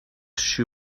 shoe